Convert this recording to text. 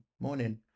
morning